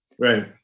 Right